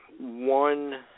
One